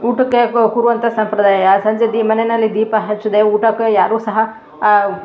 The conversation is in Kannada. ಊಟಕ್ಕೆ ಕೂರುವಂಥ ಸಂಪ್ರದಾಯ ಸಂಜೆ ದೀ ಮನೆಯಲ್ಲಿ ದೀಪ ಹಚ್ಚದೆ ಊಟಕ್ಕೆ ಯಾರೂ ಸಹ